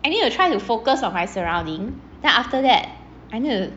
I need to try to focus on my surrounding then after that I need to